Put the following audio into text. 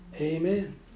Amen